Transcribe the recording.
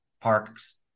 Parks